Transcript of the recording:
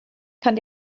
kann